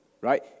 right